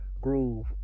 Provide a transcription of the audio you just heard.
groove